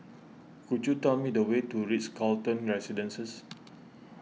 could you tell me the way to Ritz Carlton Residences